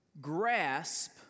grasp